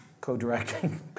co-directing